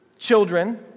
children